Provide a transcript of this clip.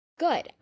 Good